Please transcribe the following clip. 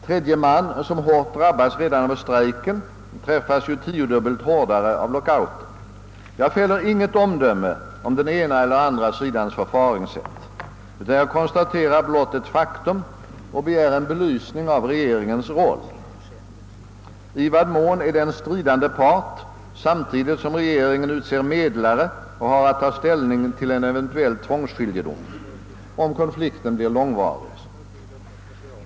Tredje man som hårt drabbas redan under strejken träffas ju tio gånger hårdare under lockouten. Jag fäller inget omdöme om den ena eller andra sidans förfaringssätt utan jag konstaterar blott ett faktum och begär en upplysning om regeringens roll. I vad mån är regeringen stridande part samtidigt som den utser medlare och har att ta ställning till en eventuell tvångsskiljedom, om konflikten blir långvarig?